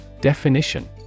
Definition